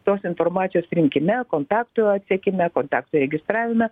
tos informacijos rinkime kontaktų atsekime kontaktų registravime